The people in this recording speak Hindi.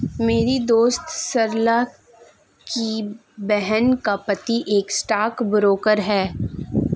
मेरी दोस्त सरला की बहन का पति एक स्टॉक ब्रोकर है